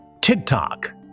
TikTok